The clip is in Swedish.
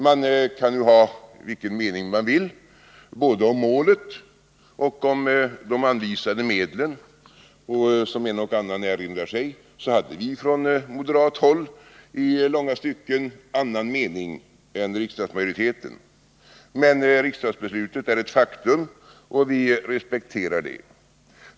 Man kan ju ha vilken mening man vill både om målet och om de anvisade medlen. Som en och annan erinrar sig hade vi från moderat håll i långa stycken annan mening än riksdagsmajoriteten, men riksdagsbeslutet är ett faktum, och vi respekterar det.